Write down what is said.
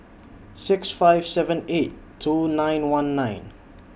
six five seven eight two nine one nine